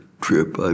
Trip